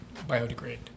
biodegrade